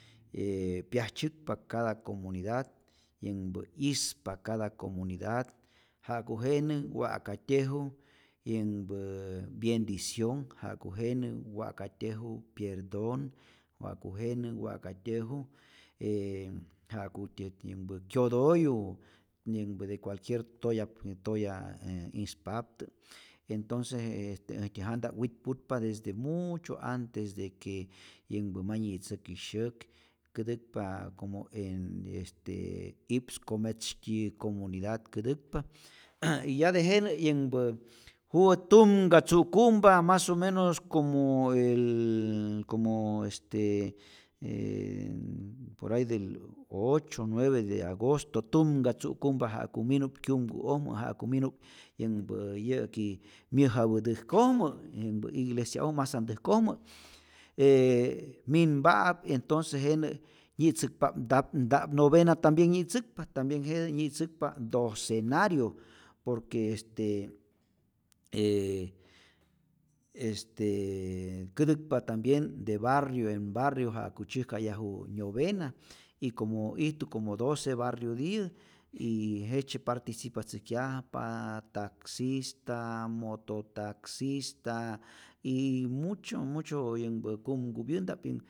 Ee pyajtzyäkpa cada comunidad, yänhpä 'yispa cada comunidad, jaku jenä wa'katyäju yänhpä byendicion, ja'ku jenä wa'katyäju pyerdon, wa'ku jenä wa'katyäju ee ja'kutyät yänhpä kyotoyu yänhpä de cualquier toya, toya e ispaptä, estonce je este äjtyä janta witputpa desde mucho antes de que yänhpa ma nyitzäki syäk, kätäkpa como en este i'ps kometzytyiyä comunidad kätäkpa y ya tejenä yänhpä juwä tumka tzu'kumpa mas o menos como el como este poray del ocho, nueve de agosto, tumka tzu'kumpa ja'ku minu'p kyumku'ojmä, jaku minu'p yänhpä yä'ki myäjapä täjkojmä, yänhpä iglesia'oj masantäjkojmä, e minpa'ap entonce jenä nyi'tzäkpa'p ntap nta'p novena tambien nyi'tzäkpa, tambien jete nyitzäkpa'p docenario, por que este e est kätäkpa tambien de barrio en barrio ja'ku tzyäjkayaju nyovena y como ijtu como doce barrio'tiyä y jejtzye participatzäjkyajpaa taxista, mototaxista, y mucho mucho yänhpä kumkupyänta'p